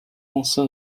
公司